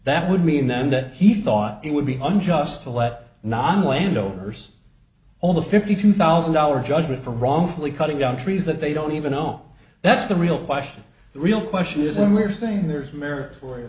that would mean then that he thought it would be unjust to let non window there's all the fifty two thousand dollars judgment for wrongfully cutting down trees that they don't even know that's the real question the real question is and we're saying there is merit or